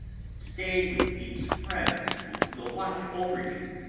stay with these friends who will watch over you!